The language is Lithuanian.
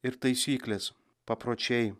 ir taisyklės papročiai